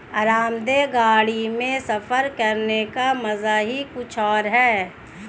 आरामदेह गाड़ी में सफर करने का मजा ही कुछ और है